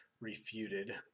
Refuted